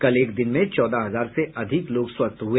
कल एक दिन में चौदह हजार से अधिक लोग स्वस्थ हुए